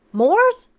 moore's?